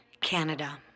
Canada